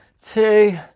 two